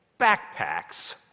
Backpacks